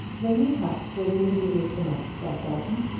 the new house was immediately commenced at belton,